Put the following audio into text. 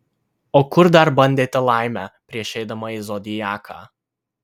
o kur dar bandėte laimę prieš eidama į zodiaką